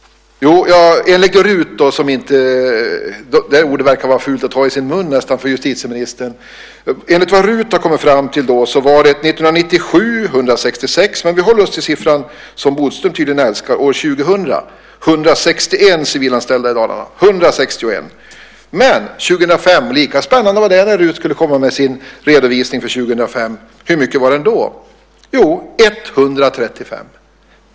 Enligt vad RUT - det ordet verkar ju nästan vara fult att ta i sin mun för justitieministern - har kommit fram till var det 166 stycken år 1997. Men vi håller oss till den siffra som Bodström tydligen älskar, år 2000. Då var det 161 civilanställda i Dalarna. Lika spännande var det när RUT skulle komma med sin redovisning för 2005. Hur mycket var det då? Jo, 135!